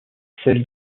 celle